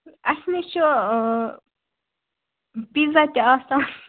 اَسہِ نِش چھُ پیٖزا تہِ آسان